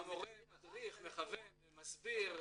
המורה מדריך, מכוון, מסביר,